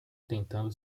tentando